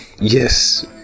yes